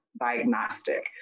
diagnostic